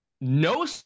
no